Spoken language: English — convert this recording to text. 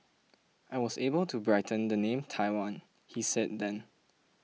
I was able to brighten the name Taiwan he said then